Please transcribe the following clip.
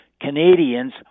Canadians